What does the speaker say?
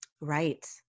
Right